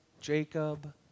Jacob